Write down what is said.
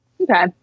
Okay